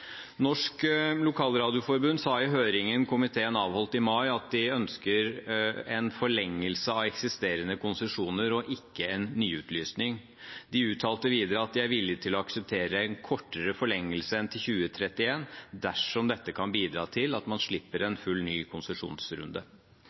Norsk Lokalradioforbund sa i høringen komiteen avholdt i mai, at de ønsker en forlengelse av eksisterende konsesjoner og ikke en nyutlysning. De uttalte videre at de er villig til å akseptere en kortere forlengelse enn til 2031 dersom dette kan bidra til at man slipper en